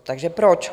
Takže proč?